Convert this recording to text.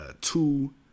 two